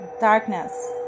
darkness